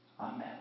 Amen